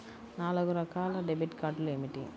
నాలుగు రకాల డెబిట్ కార్డులు ఏమిటి?